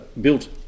built